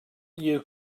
you